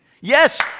Yes